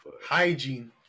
hygiene